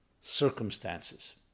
circumstances